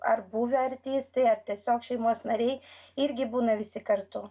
ar buvę artistai ar tiesiog šeimos nariai irgi būna visi kartu